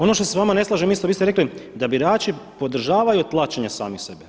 Ono što se s vama ne slažem, vi ste rekli da birači podržavaju tlačenje samih sebe.